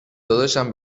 داداشم